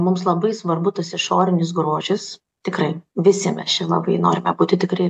mums labai svarbu tas išorinis grožis tikrai visi mes čia labai norime būti tikri